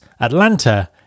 Atlanta